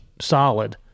solid